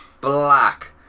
Black